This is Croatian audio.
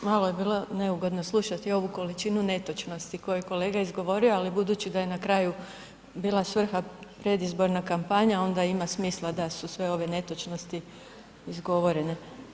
Malo je bilo neugodno slušati ovu količinu netočnosti koju je kolega izgovorio ali budući da je na kraju bila svrha predizborna kampanja onda ima smisla da su sve ove netočnosti izgovorene.